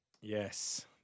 Yes